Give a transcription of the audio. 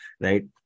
right